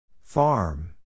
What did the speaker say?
Farm